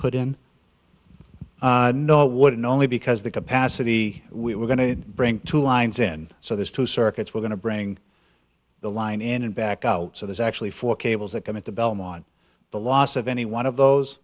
put in no it wouldn't only because the capacity we were going to bring two lines in so there's two circuits we're going to bring the line in and back out so there's actually four cables that come at the belmont the loss of any one of those